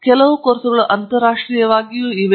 ಅವುಗಳಲ್ಲಿ ಹಲವರು ಅಂತರರಾಷ್ಟ್ರೀಯವಾಗಿ ಇವೆ